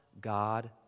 God